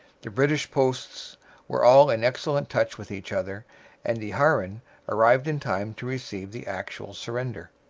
the british posts were all in excellent touch with each other and de haren arrived in time to receive the actual surrender.